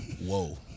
Whoa